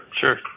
Sure